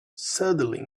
suddenly